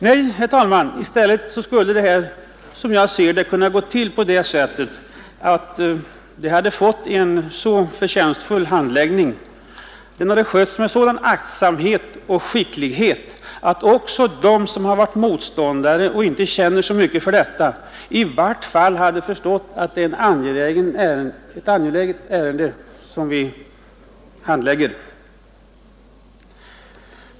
Nej, herr talman, i stället skulle detta ha kunnat gå till på det sättet att ärendet hade fått en så förtjänstfull handläggning och skötts med sådan aktsamhet och skicklighet att både de som varit motståndare till försäljning och de som inte känner så mycket för saken hade fått ökad förståelse för att det är fråga om ett angeläget ärende.